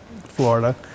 Florida